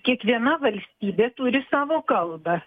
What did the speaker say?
kiekviena valstybė turi savo kalbą